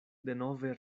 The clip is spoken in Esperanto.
denove